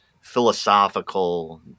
philosophical